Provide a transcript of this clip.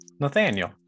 Nathaniel